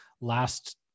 last